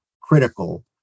critical